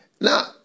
Now